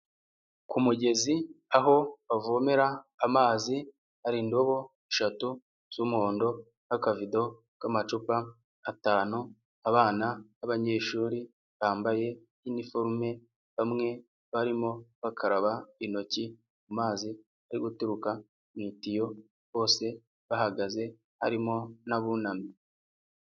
Ku mugezi aho bavomera amazi hari indobo eshatu z'umuhondo nk'akavido k'amacupa atanu abana b'abanyeshuri bambaye iniforume bamwe barimo bakaraba intoki mu mazi ari guturuka mu itiyo bose bahagaze harimo n'abunamye.